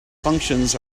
functions